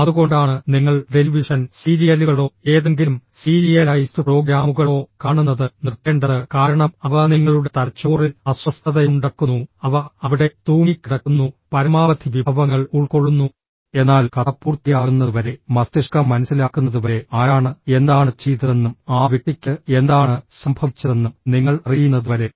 അതുകൊണ്ടാണ് നിങ്ങൾ ടെലിവിഷൻ സീരിയലുകളോ ഏതെങ്കിലും സീരിയലൈസ്ഡ് പ്രോഗ്രാമുകളോ കാണുന്നത് നിർത്തേണ്ടത് കാരണം അവ നിങ്ങളുടെ തലച്ചോറിൽ അസ്വസ്ഥതയുണ്ടാക്കുന്നു അവ അവിടെ തൂങ്ങിക്കിടക്കുന്നു പരമാവധി വിഭവങ്ങൾ ഉൾക്കൊള്ളുന്നു എന്നാൽ കഥ പൂർത്തിയാകുന്നതുവരെ മസ്തിഷ്കം മനസ്സിലാക്കുന്നതുവരെ ആരാണ് എന്താണ് ചെയ്തതെന്നും ആ വ്യക്തിക്ക് എന്താണ് സംഭവിച്ചതെന്നും നിങ്ങൾ അറിയുന്നതുവരെ